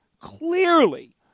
clearly –